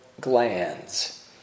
glands